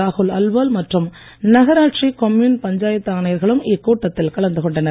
ராகுல் அல்வால் மற்றும் நகராட்சி கொம்யூன் பஞ்சாயத்து ஆணையர்களும் இக்கூட்டத்தில் கலந்து கொண்டனர்